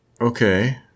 Okay